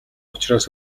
учраас